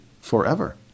forever